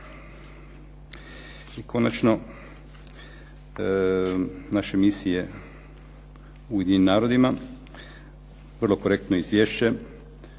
Konačno, naše misije u Ujedinjenim narodima. Vrlo korektno izvješće,